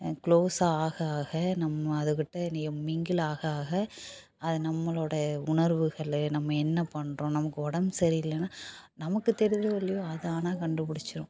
குளோஸா ஆக ஆக நம்ம அதுக்கிட்ட மிங்கிள் ஆக ஆக அது நம்மளோடய உணர்வுகள் நம்ம என்ன பண்ணுறோம் நமக்கு உடம்பு சரியில்லைனா நமக்குத் தெரியுதோ இல்லையோ அது ஆனால் கண்டுபிடிச்சிடும்